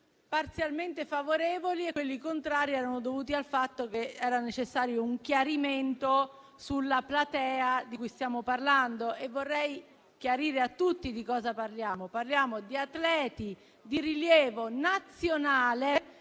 parzialmente favorevoli e quelli contrari erano dovuti al fatto che era necessario un chiarimento sulla platea di cui stiamo parlando. Vorrei chiarire a tutti di cosa parliamo. Parliamo di atleti di rilievo nazionale